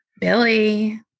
Billy